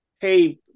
hey